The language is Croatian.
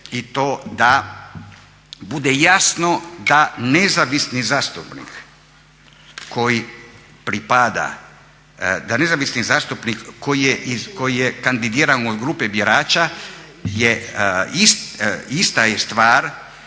koji pripada, da nezavisni zastupnik koji je kandidiran od grupe birača ista je stvar